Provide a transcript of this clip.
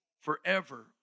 forever